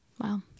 Wow